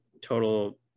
total